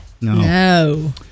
No